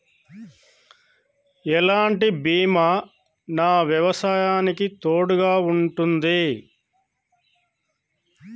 ఎలాంటి బీమా నా వ్యవసాయానికి తోడుగా ఉంటుంది?